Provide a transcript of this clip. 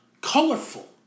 colorful